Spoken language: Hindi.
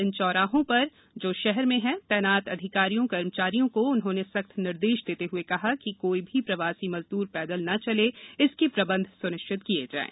इन चौराहों पर तैनात अधिकारियों कर्मचारियों को उन्होंने सख्त निर्देश देते हए कहा कि कोई भी प्रवासी मजद्रर पैदल ना चले इसके प्रबंध स्निश्चित किए जाएं